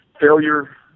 Failure